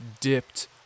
dipped